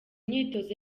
imyitozo